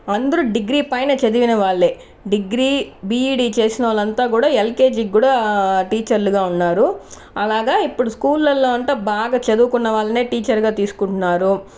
అందరు డిగ్రీ పైనే చదివిన వాళ్ళే డిగ్రీ బీఈడీ చేసినోళ్లంతా కూడా ఎల్కేజీ క్కూడా టీచర్లుగా ఉన్నారు అలాగా ఇప్పుడు స్కూల్లల్లో అంట బాగా చదువుకున్న వాళ్ళనే టీచర్గా తీస్కుంటున్నారు